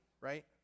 right